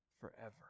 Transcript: forever